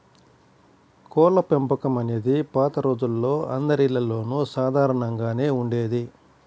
కోళ్ళపెంపకం అనేది పాత రోజుల్లో అందరిల్లల్లోనూ సాధారణంగానే ఉండేది